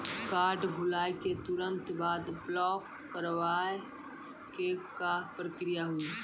Card भुलाए के तुरंत बाद ब्लॉक करवाए के का प्रक्रिया हुई?